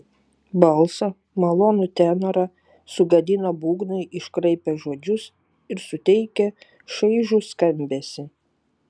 balsą malonų tenorą sugadino būgnai iškraipę žodžius ir suteikę šaižų skambesį